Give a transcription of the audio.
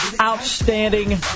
outstanding